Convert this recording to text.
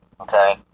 okay